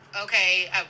okay